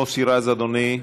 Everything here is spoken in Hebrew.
מוסי רז, אדוני.